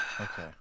Okay